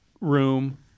room